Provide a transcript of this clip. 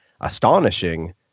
astonishing